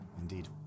indeed